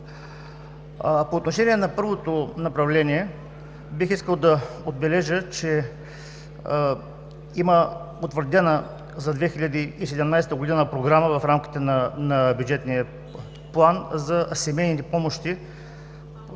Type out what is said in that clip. По отношение на първото направление бих искал да отбележа, че за 2017 г. има утвърдена програма в рамките на бюджетния план за семейни помощи